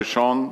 הראשון,